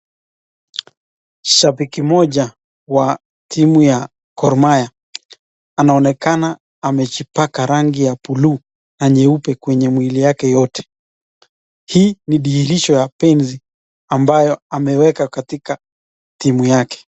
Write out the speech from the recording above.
Shabiki mmoja wa timu ya Goh Mahia anaonekana amejipaka rangi ya buluu na nyeupe kwenye mwili yake yote. Hii ni dhihirisho ya penzi ambayo ameweka katika timu yake.